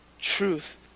Truth